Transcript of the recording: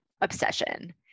obsession